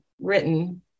written